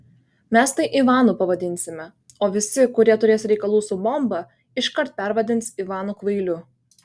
mes tai ivanu pavadinsime o visi kurie turės reikalų su bomba iškart pervadins ivanu kvailiu